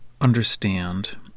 understand